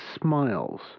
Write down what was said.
smiles